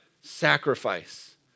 Sacrifice